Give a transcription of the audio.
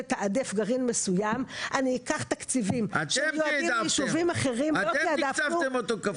אתם תעדפתם תקצבתם אותו כפול,